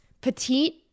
petite